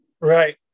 Right